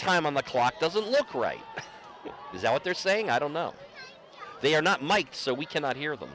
time on the clock doesn't look right it is out there saying i don't know they are not miked so we cannot hear them